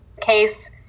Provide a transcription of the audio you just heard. case